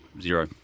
Zero